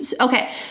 Okay